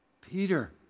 Peter